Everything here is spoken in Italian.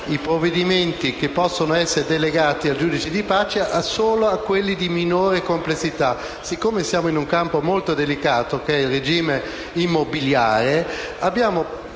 i provvedimenti che possono essere delegati al giudice di pace solo a quelli di minore complessità. Poiché siamo in un campo molto delicato, quello del regime immobiliare, assieme